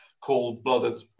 cold-blooded